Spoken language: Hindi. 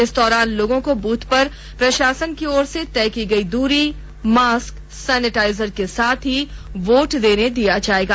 इस दौरान लोगों को बूथ पर प्रशासन की ओर से तय की गई दूरी मास्क सैनिटाइजर के साथ ही वोट देने दिया जायेगा